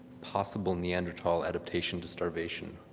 possible neanderthal adaptation to starvation.